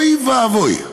אוי ואבוי.